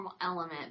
element